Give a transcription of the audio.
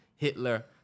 Hitler